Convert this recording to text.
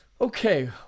Okay